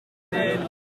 rosetto